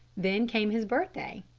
then came his birthday.